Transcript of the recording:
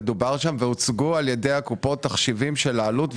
והוצגו על ידי הקופות תחשיבים של העלות,